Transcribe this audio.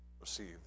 receive